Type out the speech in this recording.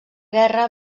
guerra